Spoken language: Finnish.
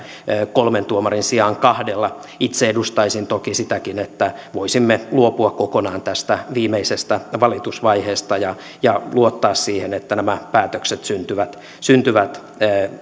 kolmen tuomarin sijaan kahdella itse edustaisin toki sitäkin että voisimme luopua kokonaan tästä viimeisestä valitusvaiheesta ja ja luottaa siihen että nämä päätökset syntyvät syntyvät